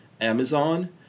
Amazon